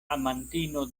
amantino